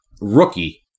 Rookie